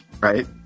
Right